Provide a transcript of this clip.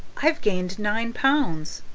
i've gained nine pounds!